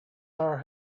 our